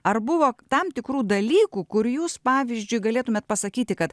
ar buvo tam tikrų dalykų kur jūs pavyzdžiui galėtumėt pasakyti kad